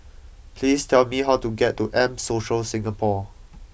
please tell me how to get to M Social Singapore